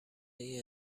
این